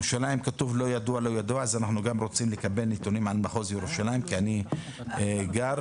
ותקצוב ותקנים אנחנו מבינים את הקושי ולא יכול להיות שחזי ודורון,